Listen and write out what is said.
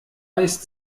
ist